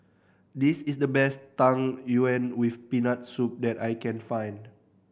this is the best Tang Yuen with Peanut Soup that I can find